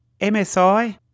MSI